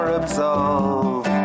absolve